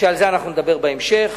ועל כך נדבר בהמשך.